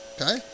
Okay